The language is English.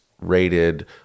rated